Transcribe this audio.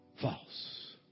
false